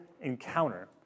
encounter